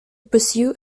pursue